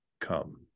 come